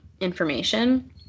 information